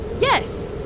yes